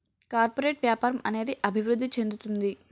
corporate వ్యాపారం అనేది అభివృద్ధి చెందుతుంది